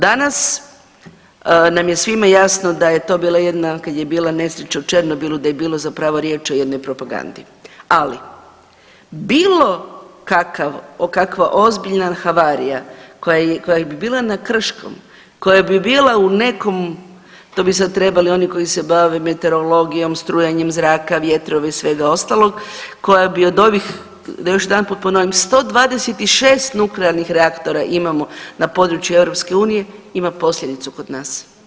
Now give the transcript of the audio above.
Danas nam je svima jasno da je to bila jedna, kad je bila nesreća u Černobilu, da je bilo zapravo riječ o jednoj propagandi, ali bilo kakav, kakva ozbiljna havarija koja bi bila na Krškom, koja bi bila u nekom, to bi sad trebali oni koji se bave meteorologijom, strujanjem zraka, vjetrove i svega ostalog, koja bi od ovih, da još jedanput ponovim, 126 nuklearnih reaktora imamo na području Europske unije, ima posljedicu kod nas.